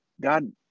God